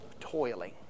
toiling